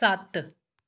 ਸੱਤ